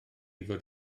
fod